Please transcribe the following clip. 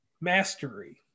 mastery